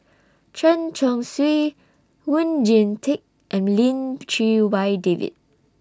Chen Chong Swee Oon Jin Teik and Lim Chee Wai David